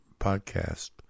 podcast